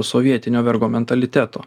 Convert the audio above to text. sovietinio vergo mentaliteto